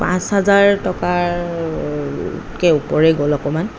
পাঁচহাজাৰ টকাৰকৈ ওপৰে গ'ল অকণমান